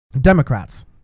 democrats